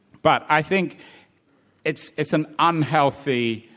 but i think it's it's an unhealthy